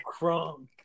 crunk